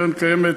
בקרן קיימת